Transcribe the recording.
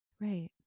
right